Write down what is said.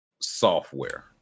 software